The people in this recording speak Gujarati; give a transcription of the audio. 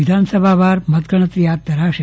વિધાનસભાવાર મતગણતરી હાથ ધરાશે